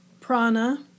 prana